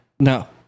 No